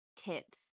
tips